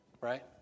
right